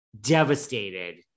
devastated